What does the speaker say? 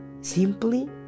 Simply